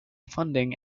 funding